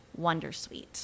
Wondersuite